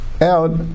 out